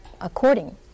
according